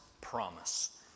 promise